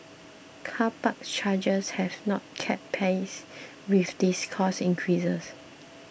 car park charges have not kept pace with these cost increases